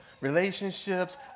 relationships